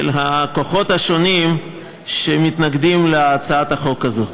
של הכוחות השונים שמתנגדים להצעת החוק הזאת.